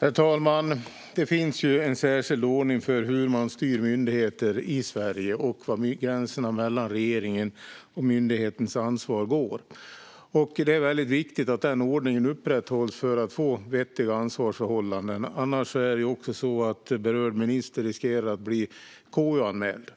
Herr talman! Det finns en särskild ordning för hur man styr myndigheter i Sverige och för var gränserna mellan regeringens och myndighetens ansvar går. Det är väldigt viktigt att denna ordning upprätthålls så att vi får vettiga ansvarsförhållanden. Annars riskerar också berörd minister att bli KU-anmäld.